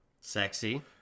Sexy